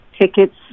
tickets